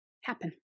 happen